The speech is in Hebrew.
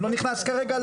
אני לא נכנס כרגע.